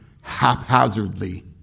haphazardly